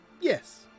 Yes